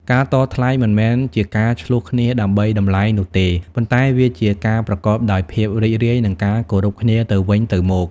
ការតថ្លៃមិនមែនជាការឈ្លោះគ្នាដើម្បីតម្លៃនោះទេ ប៉ុន្តែវាជាការប្រកបដោយភាពរីករាយ និងការគោរពគ្នាទៅវិញទៅមក។